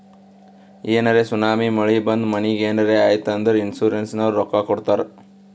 ಏನರೇ ಸುನಾಮಿ, ಮಳಿ ಬಂದು ಮನಿಗ್ ಏನರೇ ಆಯ್ತ್ ಅಂದುರ್ ಇನ್ಸೂರೆನ್ಸನವ್ರು ರೊಕ್ಕಾ ಕೊಡ್ತಾರ್